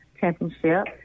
championship